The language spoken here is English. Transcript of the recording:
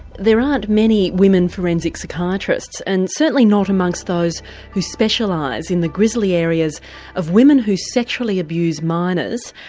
there aren't many women forensic psychiatrists and certainly not amongst those who specialise in the grisly areas of women who sexually abuse minors,